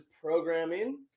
programming